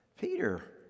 Peter